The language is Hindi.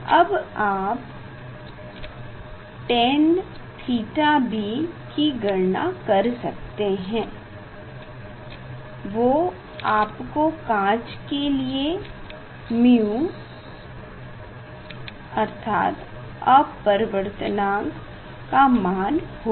अब आप tan θB की गणना कर सकते हैं वो आपके काँच के लिए μ का मान होगा